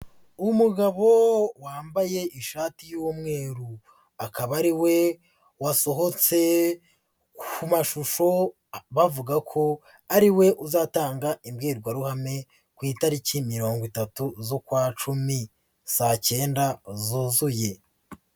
Umugabo wambaye ishati y'umweru. Akaba ari we wasohotse ku mashusho bavuga ko ari we uzatanga imbwirwaruhame ku itariki mirongo itatu z'ukwa cumi, saa cyenda zuzuye.